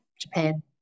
Japan